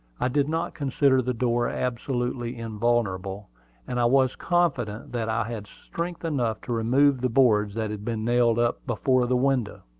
i did not consider the door absolutely invulnerable and i was confident that i had strength enough to remove the boards that had been nailed up before the window.